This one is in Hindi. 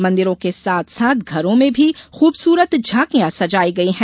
मंदिरों के साथ साथ घरों में भी खूबसूरत झांकियां सजाई गयी है